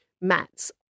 mats